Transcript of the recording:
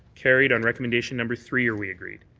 carried on recommendation number three, are we agreed?